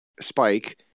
spike